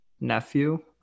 nephew